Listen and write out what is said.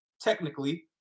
technically